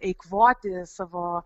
eikvoti savo